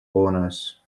honours